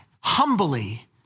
humbly